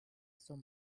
son